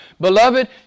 Beloved